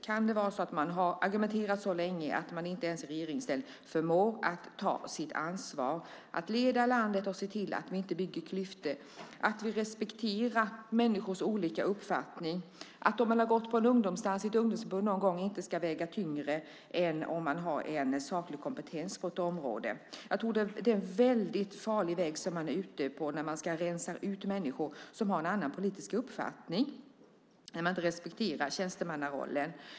Man kan ha argumenterat så länge att man inte ens i regeringsställning förmår att ta sitt ansvar för att leda landet och se till att vi inte bygger klyftor och att vi respekterar människors olika uppfattning. Har man gått på en ungdomsdans i ett ungdomsförbund någon gång ska det inte väga tyngre än att man har en saklig kompetens på ett område. Det är en farlig väg man är ute på när man ska rensa ut människor som har en annan politisk uppfattning och när man inte respekterar tjänstemannarollen.